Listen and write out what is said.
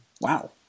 Wow